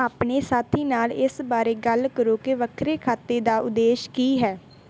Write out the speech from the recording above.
ਆਪਣੇ ਸਾਥੀ ਨਾਲ ਇਸ ਬਾਰੇ ਗੱਲ ਕਰੋ ਕਿ ਵੱਖਰੇ ਖਾਤੇ ਦਾ ਉਦੇਸ਼ ਕੀ ਹੈ